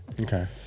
Okay